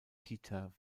pieter